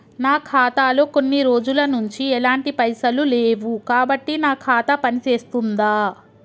నా ఖాతా లో కొన్ని రోజుల నుంచి ఎలాంటి పైసలు లేవు కాబట్టి నా ఖాతా పని చేస్తుందా?